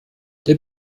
der